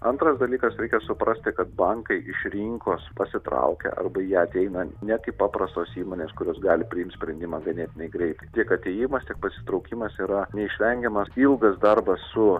antras dalykas reikia suprasti kad bankai iš rinkos pasitraukia arba jie ateina ne kaip paprastos įmonės kurios gali priimt sprendimą ganėtinai greitai tiek atėjimas tiek pasitraukimas yra neišvengiamas ilgas darbas su